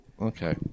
Okay